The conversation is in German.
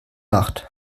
nacht